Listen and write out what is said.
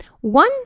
one